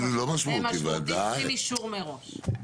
במשמעותי צריכים אישור מראש.